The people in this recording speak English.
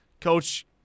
coach